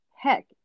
heck